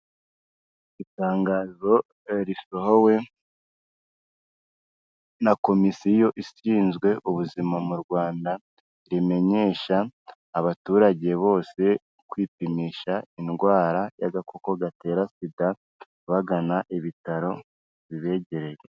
Itangazo risohowe na komisiyo ishinzwe ubuzima mu Rwanda, rimenyesha abaturage bose kwipimisha indwara y'agakoko gatera Sida, bagana ibitaro bibegereye.